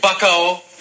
bucko